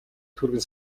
түргэн